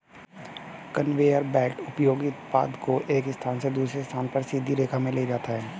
conveyor belt उपयोगी उत्पाद को एक स्थान से दूसरे स्थान पर सीधी रेखा में ले जाता है